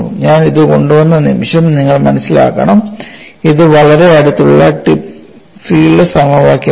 ഞാൻ ഇത് കൊണ്ടുവന്ന നിമിഷം നിങ്ങൾ മനസ്സിലാക്കണം ഇത് വളരെ അടുത്തുള്ള ടിപ്പ് ഫീൽഡ് സമവാക്യമാണ്